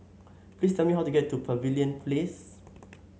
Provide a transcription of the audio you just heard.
please tell me how to get to Pavilion Place